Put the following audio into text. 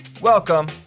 Welcome